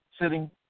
sitting